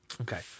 Okay